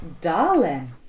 Darling